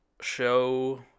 show